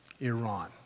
Iran